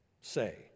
say